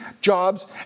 jobs